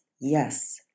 Yes